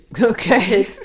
okay